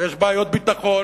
ויש בעיות ביטחון,